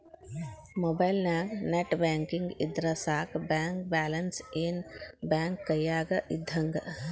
ಮೊಬೈಲ್ನ್ಯಾಗ net banking ಇದ್ರ ಸಾಕ ಬ್ಯಾಂಕ ಬ್ಯಾಲೆನ್ಸ್ ಏನ್ ಬ್ಯಾಂಕ ಕೈಯ್ಯಾಗ ಇದ್ದಂಗ